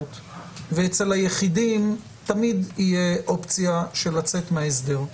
ואצל היחידים תמיד תהיה אופציה של לצאת מההסדר.